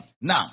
Now